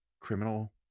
criminal